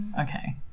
Okay